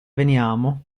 veniamo